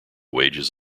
wages